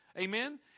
Amen